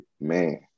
man